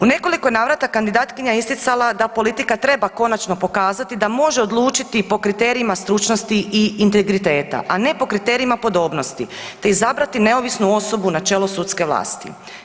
U nekoliko navrata kandidatkinja je isticala da politika treba konačno pokazati da može odlučiti i po kriterijima stručnosti i integriteta, a ne po kriterijima podobnosti te izabrati neovisnu osobu na čelu sudske vlasti.